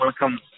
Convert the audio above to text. welcome